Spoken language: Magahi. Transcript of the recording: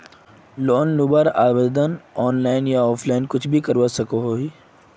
लोन लुबार आवेदन ऑनलाइन या ऑफलाइन कुछ भी करवा सकोहो ही?